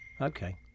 Okay